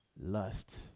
lust